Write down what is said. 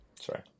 sorry